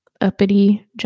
uppity